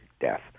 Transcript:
death